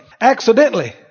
accidentally